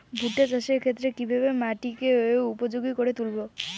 ভুট্টা চাষের ক্ষেত্রে কিভাবে মাটিকে উপযোগী করে তুলবো?